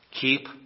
keep